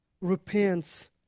repents